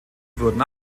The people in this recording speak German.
wurden